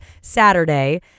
Saturday